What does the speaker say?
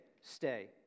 stay